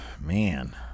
Man